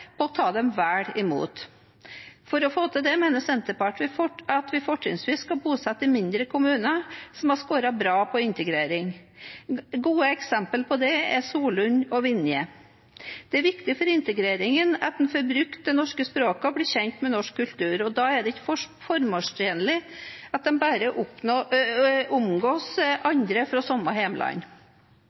på å ta dem vel imot. For å få til dette mener Senterpartiet at vi fortrinnsvis skal bosette i mindre kommuner som har scoret bra på integrering. Gode eksempler på det er Solund og Vinje. Det er viktig for integreringen at en får brukt det norske språket og blir kjent med norsk kultur, og da er det ikke formålstjenlig bare å omgås andre fra